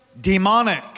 demonic